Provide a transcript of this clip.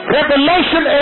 Revelation